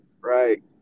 right